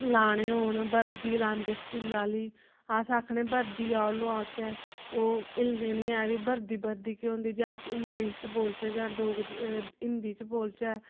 लाने होन वर्दी लांदे स्कूला आह्ली अस आखने बर्दी आओ लोआचै ओह् हिलदे नेईं ऐ भाई बर्दी बर्दी केह् होंदी जे अस इंग्लिश च बोलचै जां डोगरी हिंदी च बोलचै